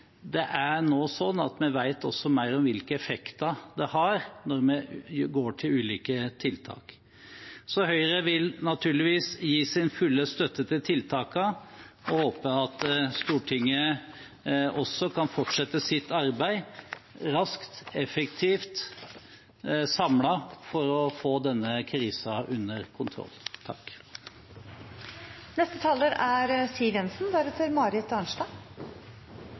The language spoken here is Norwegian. vi nå også vet mer om hvilke effekter det har når vi går til ulike tiltak. Høyre vil naturligvis gi sin fulle støtte til tiltakene og håper at Stortinget også kan fortsette sitt arbeid raskt, effektivt og samlet for å få denne krisen under kontroll.